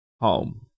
home